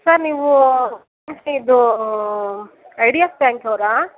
sir ನೀವು I D F ಬ್ಯಾಂಕ್ನವರಾ